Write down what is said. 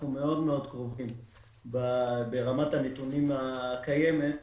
אנחנו מאוד מאוד קרובים ברמת הנתונים הקיימים,